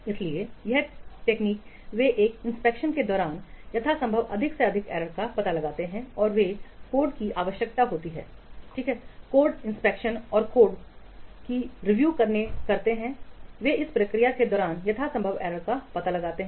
इसलिए यह तकनीक वे एक इंस्पेक्शन के दौरान यथासंभव अधिक एरर्स का पता लगाते हैं और जो कोड की आवश्यकता होती है ठीक है कोड इंस्पेक्शन और कोड कोड काे रिव्यू करते हैं वे इस प्रक्रिया के दौरान यथासंभव एरर्स का पता लगाते हैं